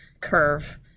curve